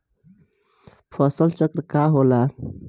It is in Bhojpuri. फसल चक्र का होला?